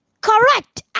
Correct